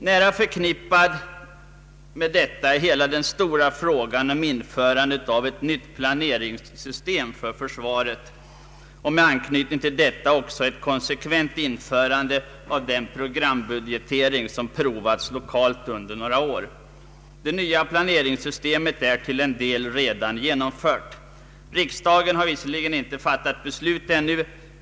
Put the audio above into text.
Nära förknippad med detta är hela den stora frågan om införandet av ett nytt planeringssystem för försvaret och med anknytning till detta också ett konsekvent införande av den programbudgetering som har provats lokalt under några år. Det nya planeringssystemet är till en del redan genomfört. Riksdagen har visserligen inte fattat beslut ännu.